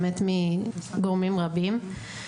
באמת מגורמים רבים.